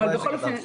אבל בכל אופן,